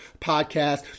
podcast